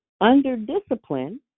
under-discipline